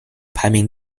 排名